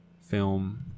film